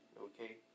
okay